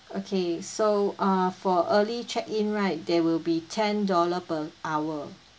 okay so uh for early check in right there will be ten dollar per hour